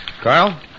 Carl